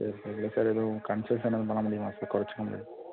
இல்லை சார் இல்லை சார் எதுவும் கன்ஃபெஷ்ஷன் எதுவும் பண்ண முடியுமா சார் குறச்சிக்க முடியுமா